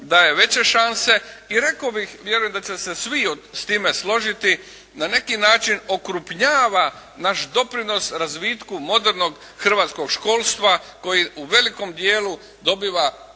daje veće šanse i rekao bih, vjerujem da će se svi s time složiti, na neki način okrupnjava naš doprinos razvitku modernog hrvatskog školstva koji u velikom dijelu dobiva